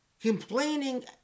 complaining